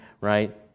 right